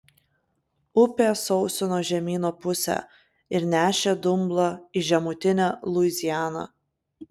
upė sausino žemyno pusę ir nešė dumblą į žemutinę luizianą